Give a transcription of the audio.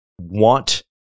want